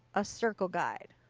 a circle guide.